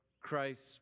Christ